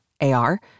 AR